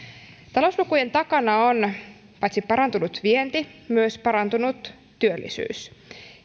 talouslukujen takana on paitsi parantunut vienti myös parantunut työllisyys